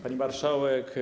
Pani Marszałek!